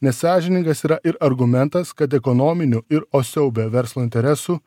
nesąžiningas yra ir argumentas kad ekonominių ir o siaube verslo interesų